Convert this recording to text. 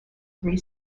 three